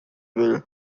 will